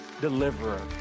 deliverer